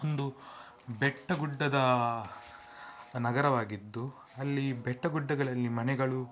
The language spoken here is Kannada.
ಒಂದು ಬೆಟ್ಟ ಗುಡ್ಡದ ನಗರವಾಗಿದ್ದು ಅಲ್ಲಿ ಬೆಟ್ಟ ಗುಡ್ಡಗಳಲ್ಲಿ ಮನೆಗಳು